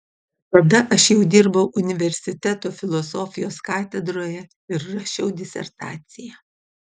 tada aš jau dirbau universiteto filosofijos katedroje ir rašiau disertaciją